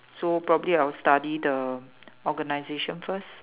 so probably I'll study the organisation first